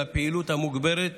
והפעילות המוגברת